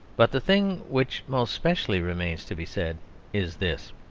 but the thing which most specially remains to be said is this.